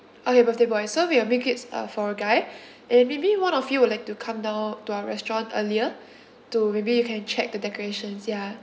okay birthday boy so we'll make it uh for a guy and maybe one of you would like to come down to our restaurant earlier to maybe you can check the decorations ya